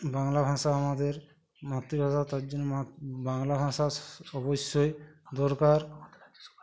বাংলা ভাষা আমাদের মাতৃভাষা তার জন্য বাংলা ভাষা স অবশ্যই দরকার